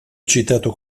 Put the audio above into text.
citato